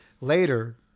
later